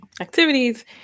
activities